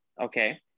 Okay